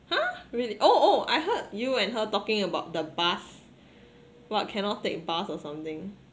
!huh! really oh oh I heard you and her talking about the bus what cannot take bus or something